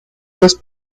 los